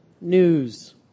news